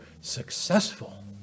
successful